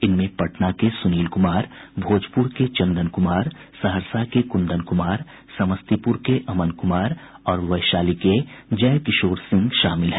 इनमें पटना के सुनील कुमार भोजपुर के चंदन कुमार सहरसा के कुंदन कुमार समस्तीपुर के अमन कुमार और वैशाली के जयकिशोर सिंह शामिल हैं